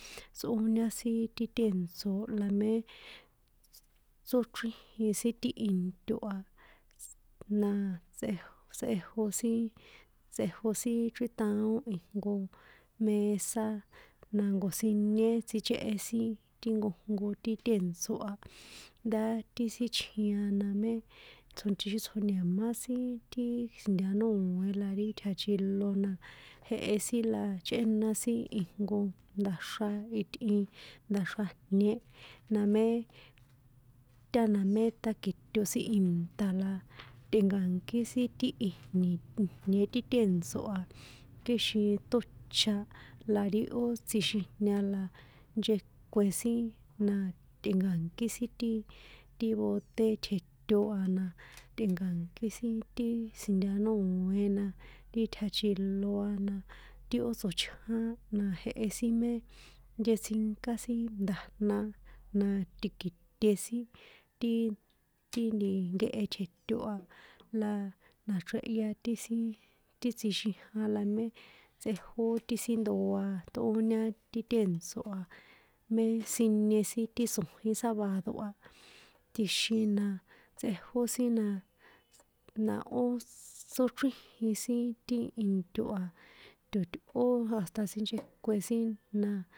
Tsꞌóñá sin ti tèntso̱ la mé, ts, tsochríjin sin ti into a, tss, na tsꞌej tsꞌejo sin, tsꞌejo sin chríṭaón ijnko mesá na nko̱siñé tsíchéhe sin ti nkojnko ti tèntso̱ a, ndá ti sin chjin a na mé tsoch tsjo̱ni̱má sin ti si̱ntanòe la ri tja̱chilo na jehe sin la chꞌéna sin ijnko nda̱xra itꞌin nda̱xra jniĕ, namé, tána mé ṭáki̱to sin ìnṭa̱ la te̱nka̱nkí sin ti ijni̱, jni̱ĕ ti tèntso̱ a kixin ṭócha la ri ó tsjixijña la nchekuen sin, na tꞌe̱nka̱nkí sin ti, ti bote tjeto a na, tꞌe̱nka̱nkí sin ti si̱ntanòé na, ti tja̱chilo a na, ti ó tsochján na jehe sin mé nchetsinká sin nda̱jna, na ti̱ki̱te sin, ti, ti nti nkehe tjeto a, la na̱chrehya ti sin, ti tsjixija la mé, tsꞌejó ti sin ndoa ṭꞌóñá ti tèntso̱ a, mé sinie sin ti tso̱jín sába̱do a, tjixin na tsꞌejó sin na, na ó ss tsóchríjin sin ti into a, to̱tꞌó asta sinchekuen sin na.